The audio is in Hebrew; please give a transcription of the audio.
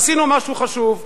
עשינו משהו חשוב.